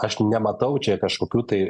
aš nematau čia kažkokių tai